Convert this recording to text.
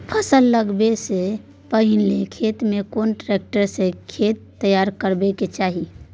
फसल लगाबै स पहिले खेत में कोन ट्रैक्टर स खेत तैयार करबा के चाही?